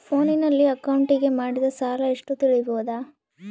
ಫೋನಿನಲ್ಲಿ ಅಕೌಂಟಿಗೆ ಮಾಡಿದ ಸಾಲ ಎಷ್ಟು ತಿಳೇಬೋದ?